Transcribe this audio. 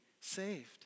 saved